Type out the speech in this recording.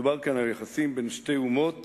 מדובר על יחסים בין שתי אומות